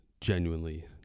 genuinely